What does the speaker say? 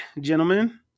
gentlemen